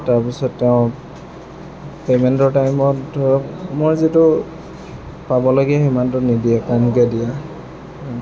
তাৰপিছত তেওঁ পে'মেণ্টৰ টাইমত ধৰক মই যিটো পাব লাগে সিমানটো নিদিয়ে কমকৈ দিয়ে